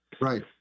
Right